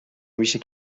میشه